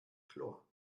chlor